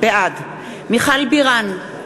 בעד מיכל בירן,